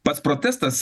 pats protestas